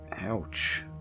Ouch